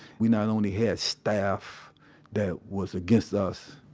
we not only had staff that was against us.